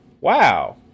wow